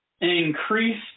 increase